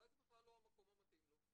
אולי זה בכלל לא המקום שמתאים לו?